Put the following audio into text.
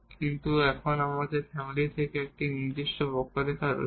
কিন্তু এখন আমাদের এই ফ্যামিলি থেকে একটি নির্দিষ্ট কার্ভ রয়েছে